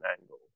angle